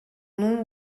nom